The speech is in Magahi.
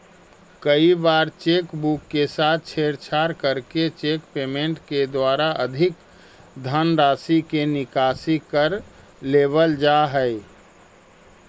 कई बार चेक बुक के साथ छेड़छाड़ करके चेक पेमेंट के द्वारा अधिक धनराशि के निकासी कर लेवल जा हइ